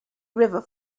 river